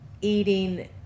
eating